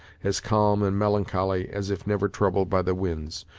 as calm and melancholy as if never troubled by the winds,